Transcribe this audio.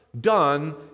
done